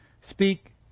Speak